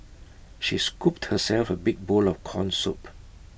she scooped herself A big bowl of Corn Soup